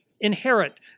inherit